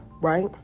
right